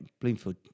Bloomfield